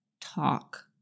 talk